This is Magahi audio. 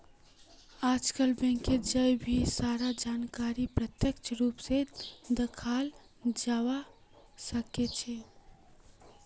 आजकल बैंकत जय भी सारा जानकारीक प्रत्यक्ष रूप से दखाल जवा सक्छे